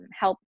help